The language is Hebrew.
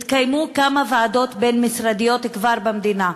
התקיימו כבר כמה ועדות בין-משרדיות במדינה,